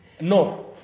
no